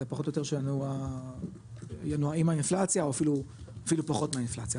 אז זה פחות או יותר שננוע עם האינפלציה או אפילו פחות מהאינפלציה.